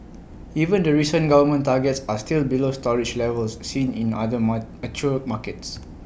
even the recent government targets are still below storage levels seen in other mar mature markets